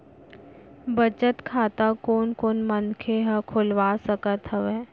बचत खाता कोन कोन मनखे ह खोलवा सकत हवे?